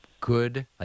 good